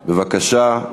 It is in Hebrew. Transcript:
בבקשה.